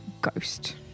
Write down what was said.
Ghost